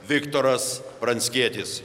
viktoras pranckietis